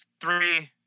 three